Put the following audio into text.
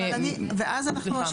ואז אנחנו,